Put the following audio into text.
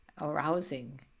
arousing